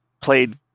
played